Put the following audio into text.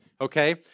Okay